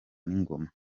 n’ingona